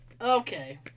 okay